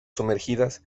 sumergidas